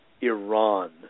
Iran